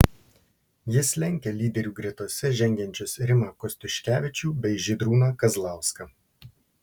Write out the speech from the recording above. jis lenkia lyderių gretose žengiančius rimą kostiuškevičių bei žydrūną kazlauską